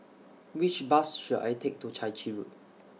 Which Bus should I Take to Chai Chee Road